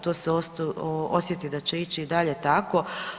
To se osjeti da će ići i dalje tako.